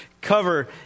cover